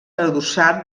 adossat